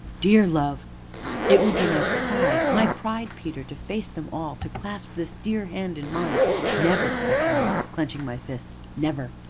dear love it would be my pride my pride, peter, to face them all to clasp this dear hand in mine never! i cried, clenching my fists never!